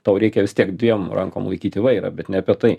tau reikia vis tiek dviem rankom laikyti vairą bet ne apie tai